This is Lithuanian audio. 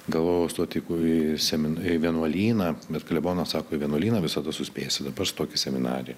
galvojau stoti į semin į vienuolyną bet klebonas sako į vienuolyną visada suspėsi dabar stok į semi seminariją